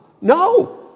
No